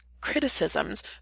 criticisms